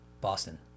Boston